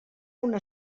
una